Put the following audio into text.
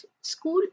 School